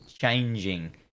changing